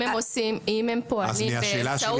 אני שואל